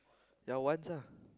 ya once ah